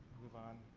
move on.